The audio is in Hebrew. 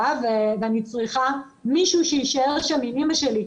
ואני צריכה מישהו שיישאר שם עם אמא שלי,